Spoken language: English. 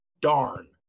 darn